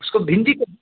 उसको भिंडी का